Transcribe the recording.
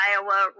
Iowa